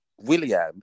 William